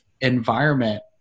environment